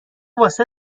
واسه